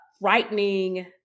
frightening